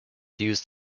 used